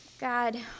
god